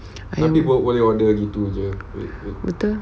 ayam betul